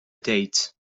date